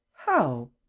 how?